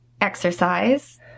Exercise